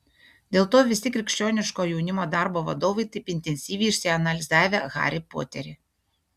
dėl to visi krikščioniško jaunimo darbo vadovai taip intensyviai išsianalizavę harį poterį